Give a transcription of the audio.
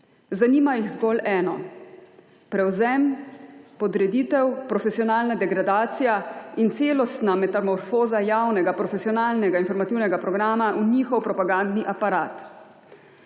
Zanima jih zgolj eno − prevzem, podreditev, profesionalna degradacija in celostna metamorfoza javnega profesionalnega informativnega programa v njihov propagandni aparat.